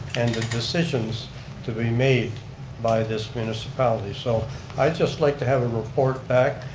and the decisions to be made by this municipality. so i'd just like to have a report back,